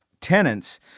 tenants